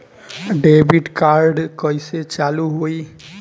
Debit card कइसे चालू होई?